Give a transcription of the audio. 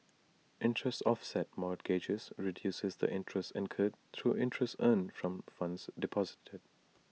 interest offset mortgages reduces the interest incurred through interest earned from funds deposited